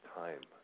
time